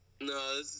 No